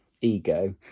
ego